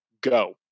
go